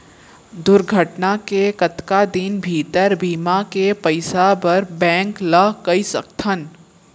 दुर्घटना के कतका दिन भीतर बीमा के पइसा बर बैंक ल कई सकथन?